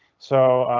so,